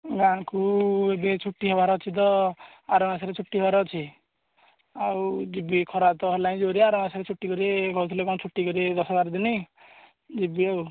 ଗାଁକୁ ଏବେ ଛୁଟି ହେବାର ଅଛି ତ ଆର ମାସରେ ଛୁଟି ହେବାର ଅଛି ଆଉ ଯିବି ଖରା ତ ହେଲାଣି ଜୋର୍ରେ ଆର ମାସରେ ଛୁଟି କରି କହୁଥିଲେ କ'ଣ ଛୁଟି କରିବେ ଦଶ ବାର ଦିନ ଯିବି ଆଉ